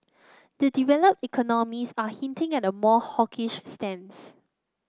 the developed economies are hinting at a more hawkish stands